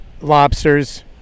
lobsters